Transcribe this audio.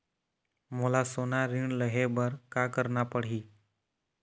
मोला सोना ऋण लहे बर का करना पड़ही?